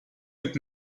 mit